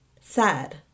Sad